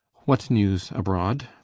what newes abroad?